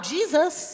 Jesus